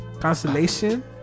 Constellation